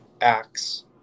acts